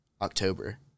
October